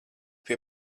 pie